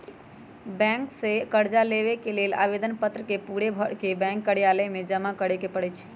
bank से कर्जा लेबे के लेल आवेदन पत्र के पूरे भरके बैंक कर्जालय में जमा करे के परै छै